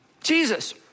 Jesus